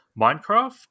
Minecraft